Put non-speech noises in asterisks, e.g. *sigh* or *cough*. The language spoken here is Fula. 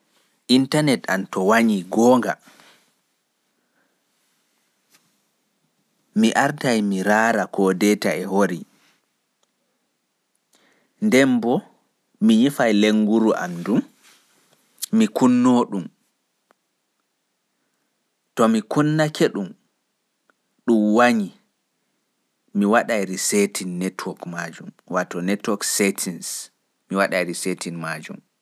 Intanet am to salake waɗuki mi raarai ko Data e kunni, mi nyifai mi kunno ngel. *noise* To ɗun wanyii bo, mi waɗai resetting internet settings lenguru ndun.